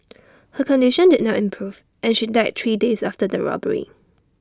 her condition did not improve and she died three days after the robbery